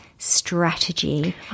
strategy